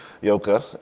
Yoka